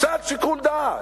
קצת שיקול דעת,